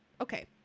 Okay